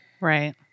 right